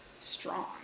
strong